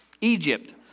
Egypt